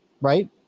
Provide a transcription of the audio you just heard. right